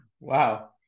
Wow